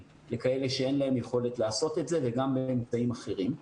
לכאלה שאין להם יכולת לעשות את זה וגם באמצעים אחרים.